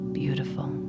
beautiful